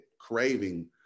craving